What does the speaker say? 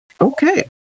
Okay